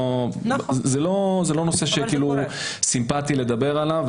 לא סימפטי לדבר עליו.